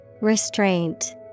Restraint